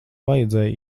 vajadzēja